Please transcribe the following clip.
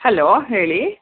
hello ಹೇಳಿ